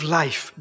life